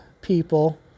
people